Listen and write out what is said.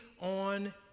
on